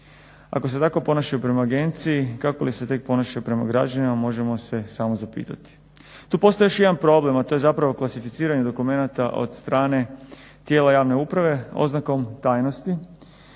Ako se tako ponašaju prema agenciji, kako li se tek ponašaju prema građanima možemo se samo zapitati. Tu postoji još jedan problem, a to je zapravo klasificiranje dokumenata od strane tijela javne uprave oznakom tajnosti,